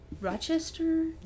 Rochester